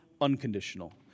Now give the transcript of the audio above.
unconditional